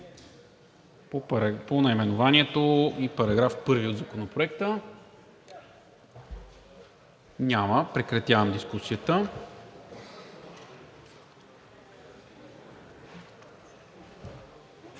по наименованието и § 1 от Законопроекта? Няма. Прекратявам дискусията.